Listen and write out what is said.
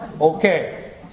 Okay